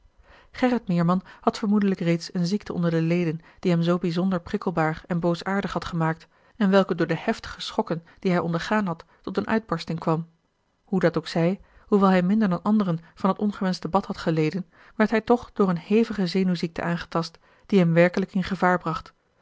gerrit meerman had vermoedelijk reeds eene ziekte onder de leden die hem zoo bijzonder prikkelbaar en boosaardig had gemaakt en welke door de heftige schokken die hij ondergaan had tot eene uitbarsting kwam hoe dat ook zij hoewel hij minder dan anderen van het ongewenschte bad had geleden werd hij toch door eene hevige zenuwziekte aangetast die hem werkelijk in gevaar bracht